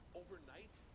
overnight